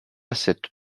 cette